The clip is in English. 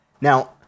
Now